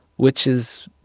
which is,